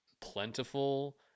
plentiful